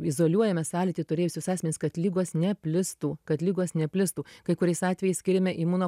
izoliuojame sąlytį turėjusius asmenis kad ligos neplistų kad ligos neplistų kai kuriais atvejais skiriame imuno